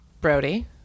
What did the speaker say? Brody